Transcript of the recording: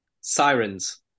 Sirens